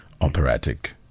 operatic